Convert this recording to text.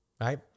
Right